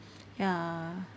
ya